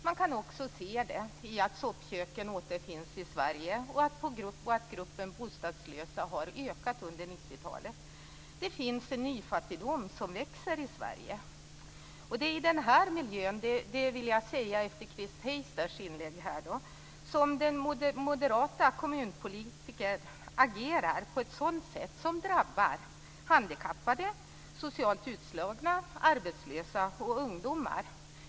Man kan också se det i att soppköken återfinns i Sverige och att gruppen bostadslösa har ökat under 90-talet. Det finns en nyfattigdom som växer i Sverige. Det är i denna miljö - det vill jag säga efter Chris Heisters inlägg - som moderata kommunpolitiker agerar på ett sätt som drabbar handikappade, socialt utslagna, arbetslösa och ungdomar.